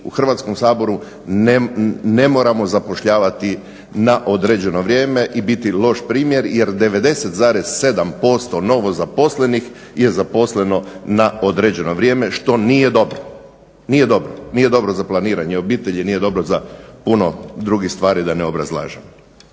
u Hrvatskom saboru ne moramo zapošljavati na određeno vrijeme i biti loš primjer jer 90,7% novo zaposlenih je zaposleno na određeno vrijeme, što nije dobro. Nije dobro za planiranje obitelji, nije dobro za puno drugih stvari da ne obrazlažem.